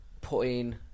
putting